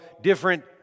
different